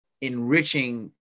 enriching